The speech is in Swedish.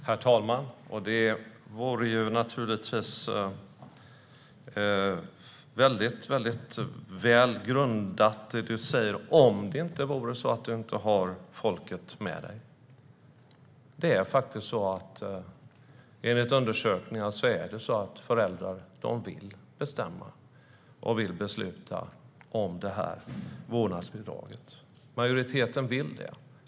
Herr talman! Det du säger skulle naturligtvis vara väl grundat om det inte vore så att du inte har folket med dig. Enligt undersökningar vill föräldrar bestämma och besluta om vårdnadsbidraget. Majoriteten vill det.